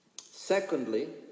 Secondly